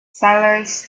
sailors